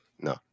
No